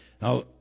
Now